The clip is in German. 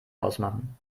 ausmachen